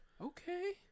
Okay